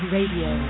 Radio